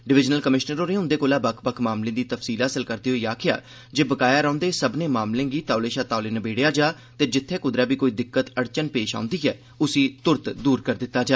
divisional commissioner होरे उन्दे कोला बक्ख बक्ख मामलें दी तफसील हासल कीती ते आक्खेया जे बकाया रौहन्दे सब्बने मामलें गी तौले शा तौले नबेड़या जा ते जित्थे क्दरै बी कोई दिक्कत अड़चन पेश औंदी ऐ उसी त्रत दूर कीता जा